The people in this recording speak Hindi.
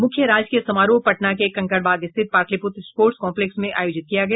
मुख्य राजकीय समारोह पटना के कंकड़बाग स्थित पाटलिपुत्र स्पोर्ट्स कॉम्प्लेक्स में आयोजित किया गया